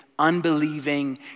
unbelieving